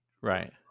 right